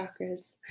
chakras